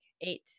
eight